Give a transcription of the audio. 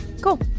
Cool